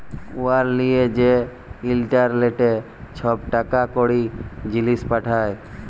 উয়ার লিয়ে যে ইলটারলেটে ছব টাকা কড়ি, জিলিস পাঠায়